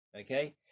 okay